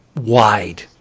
wide